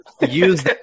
use